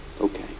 Okay